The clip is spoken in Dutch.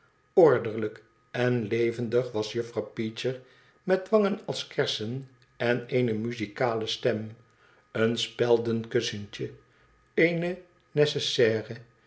ordelijk en levendig was juffrouw peecher met wangen als kersen en eene muzikale stem een speldenkussentje eene